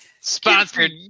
sponsored